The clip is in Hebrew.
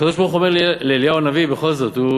הקדוש-ברוך-הוא אומר לאליהו הנביא: בכל זאת,